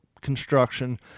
construction